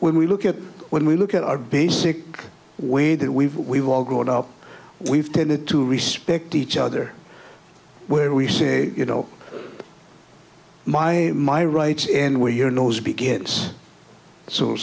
when we look at it when we look at our basic way that we've we've all grown up we've tended to respect each other where we say you know my my rights end where your nose begins so